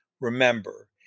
remember